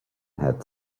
had